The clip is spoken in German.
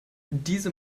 diese